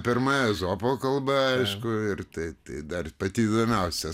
pirma ezopo kalba aišku ir tai tai dar pati įdomiausia